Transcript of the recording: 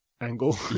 angle